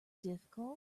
difficult